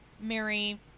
Mary